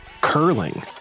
curling